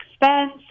expense